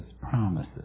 promises